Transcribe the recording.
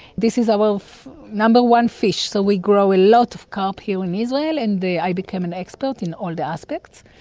this is our number one fish, so we grow a lot of carp here in israel and i became an expert in all the aspects.